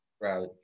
Right